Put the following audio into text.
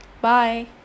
Bye